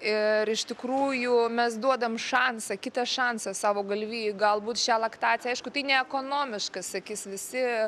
ir iš tikrųjų mes duodam šansą kitą šansą savo galvijui galbūt šią laktaciją aišku tai neekonomiška sakys visi